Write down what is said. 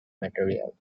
material